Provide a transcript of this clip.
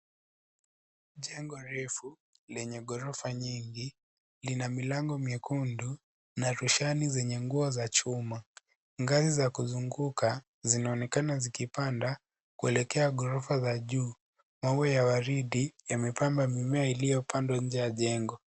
Jengo refu lenye ghorofa nyingi, lina milango miekundu na rushani zenye nguo za chuma. Ngazi za kuzunguka zinaonekana zikipanda kuelekea ghorofa za juu. Maua ya waridi yamepamba mimemea iliyopandwa nje ya jengo.